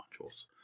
modules